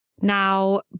Now